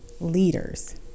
leaders